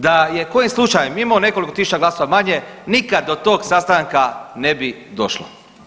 Da je kojim slučajem imao nekoliko tisuća glasova manje nikad do tog sastanka ne bi došlo.